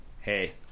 Hey